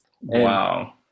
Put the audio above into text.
Wow